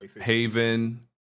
haven